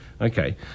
Okay